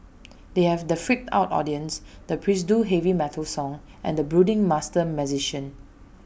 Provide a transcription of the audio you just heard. they have the freaked out audience the pseudo heavy metal song and the brooding master magician